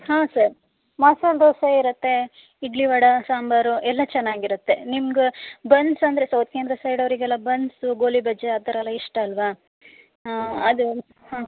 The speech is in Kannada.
ಹಾಂ ಸರ್ ಮಸಾಲೆ ದೋಸೆ ಇರತ್ತೆ ಇಡ್ಲಿ ವಡೆ ಸಾಂಬಾರು ಎಲ್ಲ ಚೆನಾಗಿರುತ್ತೆ ನಿಮ್ಗೆ ಬನ್ಸ್ ಅಂದರೆ ಸೌತ್ ಕೆನರಾ ಸೈಡ್ ಅವರಿಗೆಲ್ಲ ಬನ್ಸು ಗೋಲಿಬಜ್ಜಿ ಆ ಥರ ಎಲ್ಲ ಇಷ್ಟ ಅಲ್ಲವಾ ಅದು ಹಾಂ